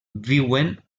viuen